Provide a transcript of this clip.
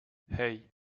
hey